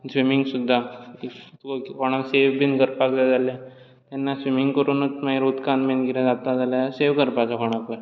swimming सुद्दां if तुका कोणाक सेव बीन करपाक जाय जाल्यार तेन्ना स्विमींग करूनूत मागीर उदकान बीन कितें जाता जाल्या सेव करपाचो कोणाकूय